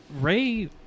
Ray